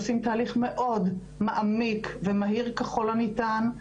עושים תהליך מאוד מעמיק ומהיר ככל הניתן,